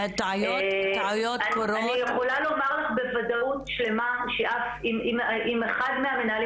טעויות קורות --- אני יכולה לומר לך בוודאות שלמה שאם אחד מהמנהלים